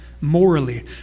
morally